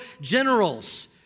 generals